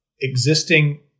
existing